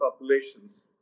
populations